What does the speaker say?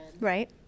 right